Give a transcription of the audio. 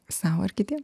sau ar kitiem